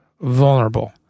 vulnerable